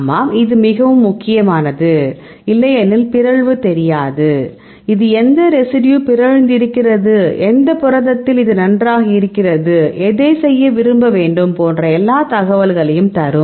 ஆமாம் இது மிகவும் முக்கியமானது இல்லையெனில் பிறழ்வு தெரியாது இது எந்த ரெசிடியூ பிறழ்ந்திருக்கிறது எந்த புரதத்தில் இது நன்றாக இருக்கிறது எதை செய்ய விரும்ப வேண்டும் போன்ற எல்லா தகவல்களையும் தரும்